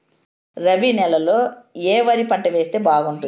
రబి నెలలో ఏ వరి పంట వేస్తే బాగుంటుంది